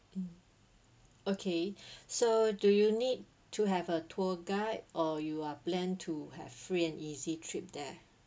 mm okay so do you need to have a tour guide or you are plan to have free and easy trip there